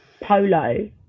polo